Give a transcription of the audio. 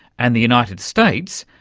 and the united states,